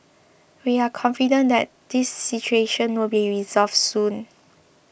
we are confident that this situation will be resolved soon